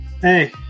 Hey